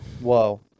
Whoa